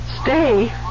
Stay